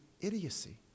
idiocy